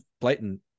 blatant